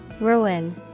Ruin